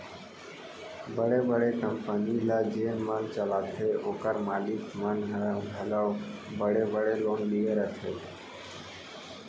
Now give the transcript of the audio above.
बड़े बड़े कंपनी ल जेन मन चलाथें ओकर मालिक मन ह घलौ बड़े बड़े लोन लिये रथें